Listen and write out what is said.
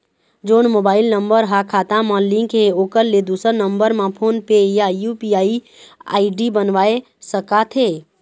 जोन mobile number हा खाता मा लिन्क हे ओकर ले दुसर नंबर मा फोन पे या यू.पी.आई आई.डी बनवाए सका थे?